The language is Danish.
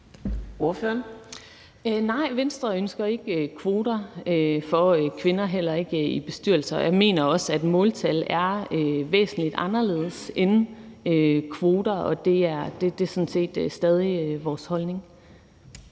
Nej, Venstre ønsker ikke kvoter for kvinder, heller ikke i bestyrelser, og jeg mener også, at måltal er væsentlig anderledes end kvoter, og det er sådan set stadig vores holdning.